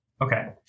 Okay